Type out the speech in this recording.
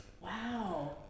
Wow